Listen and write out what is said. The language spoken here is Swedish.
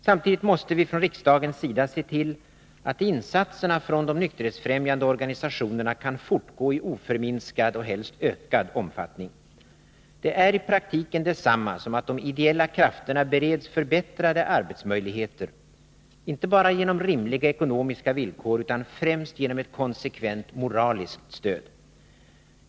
Samtidigt måste vi från riksdagens sida se till att insatserna från de nykterhetsfrämjande organisationerna kan fortgå i oförminskad och helst ökad omfattning. Det är i praktiken detsamma som att de ideella krafterna bereds förbättrade arbetsmöjligheter — inte bara genom rimliga ekonomiska villkor utan främst genom ett konsekvent moraliskt stöd.